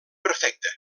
perfecte